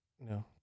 No